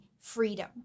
freedom